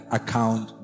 account